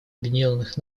объединенных